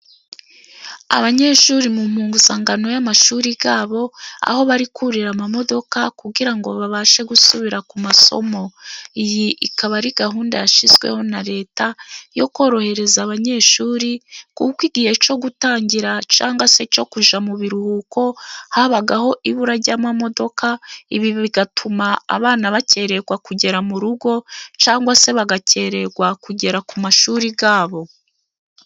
Abanyeshuri mu mpuzankano y'amashuri yabo, aho bari kurira amamodoka kugira ngo babashe gusubira ku masomo, iyi ikaba ari gahunda yashyizweho na leta yo korohereza abanyeshuri, kuko igihe cyo gutangira cyangwa se cyo kujya mu biruhuko habagaho ibura ry'amamodoka, ibi bigatuma abana bakererwa kugera mu rugo cyangwa se bagakererwa kugera ku mashuri yabo.